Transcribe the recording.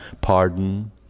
pardon